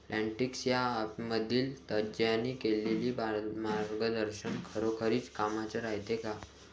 Plantix या ॲपमधील तज्ज्ञांनी केलेली मार्गदर्शन खरोखरीच कामाचं रायते का?